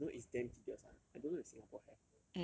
you know you know it's damn tedious [one] I don't know if singapore have